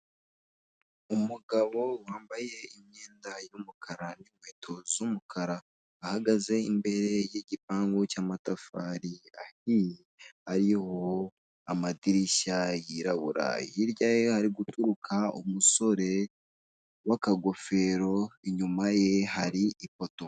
Umugao wambaye imyenda y'umukara n'inkweto z'umukara ahagaze imbere y'igipangu cy'amatafari ahiye. hariho amadirishya y'irabura. Hirya ye hari guturuka umusore w'akagofero, inyuma ye hari ipoto.